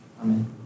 amen